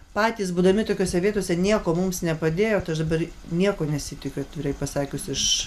patys būdami tokiose vietose nieko mums nepadėjo tai aš dabar nieko nesitikiu atvirai pasakius iš